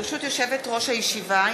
ברשות יושבת-ראש הישיבה,